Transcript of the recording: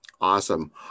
Awesome